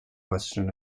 western